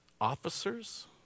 officers